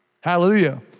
Hallelujah